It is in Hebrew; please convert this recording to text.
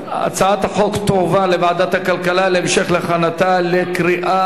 הצעת החוק תועבר לוועדת הכלכלה להכנתה לקריאה